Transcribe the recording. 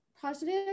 positive